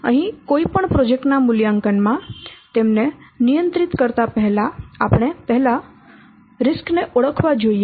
અહીં કોઈ પણ પ્રોજેક્ટ ના મૂલ્યાંકનમાં તેમને નિયંત્રિત કરતા પહેલા આપણે પહેલા જોખમો ઓળખવા જોઈએ